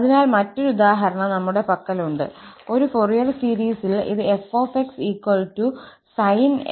അതിനാൽമറ്റൊരു ഉദാഹരണം നമ്മുടെ പക്കലുണ്ട് ഒരു ഫൊറിയർ സീരീസിൽ ഇത് 𝑓𝑥|sin𝑥| വികസിപ്പിക്കാൻ കഴിയും